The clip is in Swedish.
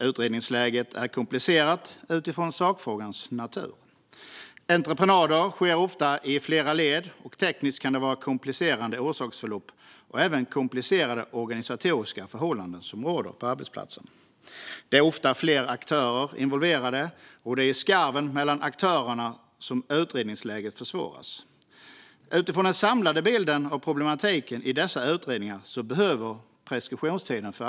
Utredningsläget är komplicerat utifrån sakfrågans natur. Entreprenader sker ofta i flera led, och tekniskt sett kan det vara komplicerade orsaksförlopp och även komplicerade organisatoriska förhållanden som råder på arbetsplatsen. Det är ofta flera aktörer involverade, och det är i skarven mellan aktörerna som utredningsläget försvåras. Utifrån den samlade bilden av problematiken i dessa utredningar behöver preskriptionstiden utökas.